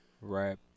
Right